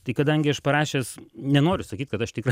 tai kadangi aš parašęs nenoriu sakyt kad aš tikra